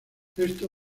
esto